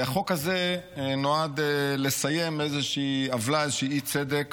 החוק הזה נועד לסיים איזה עוולה, איזה אי-צדק